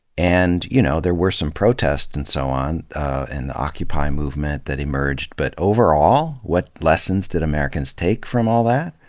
and you know, there were some protests and so on in the occupy movement that emerged, but over all what lessons did americans take from all that?